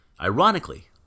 Ironically